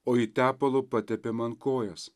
o ji tepalu patepė man kojas